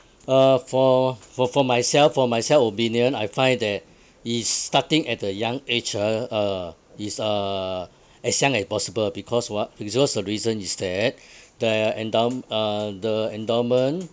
uh for for for myself for myself opinion I find that is starting at a young age uh ah is uh as young as possible because what because the reason is that there are endownm~ uh the endowment